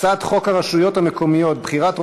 הצעת חוק הכניסה לישראל (תיקון מס'